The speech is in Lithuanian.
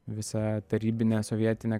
visa tarybinė sovietinė